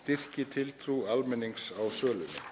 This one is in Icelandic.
styrki tiltrú almennings á sölunni.